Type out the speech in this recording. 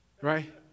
right